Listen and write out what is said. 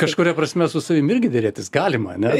kažkuria prasme su savim irgi derėtis galima ne